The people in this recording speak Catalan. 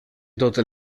totes